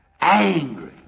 angry